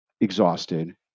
exhausted